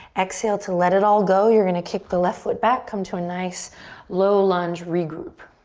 exhale to let it all go. you're gonna kick the left foot back, come to a nice low lunge, regroup.